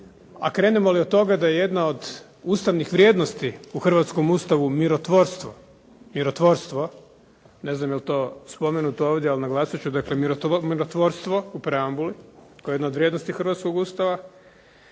a krenemo li od toga da je jedna od ustavnih vrijednosti u hrvatskom Ustavu mirotvorstvo, ne znam je li to spomenuto ovdje ali naglasit ću, dakle mirotvorstvo u preambuli, koja je jedna od vrijednosti hrvatskog Ustava.